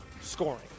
scoring